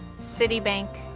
citibank,